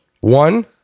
One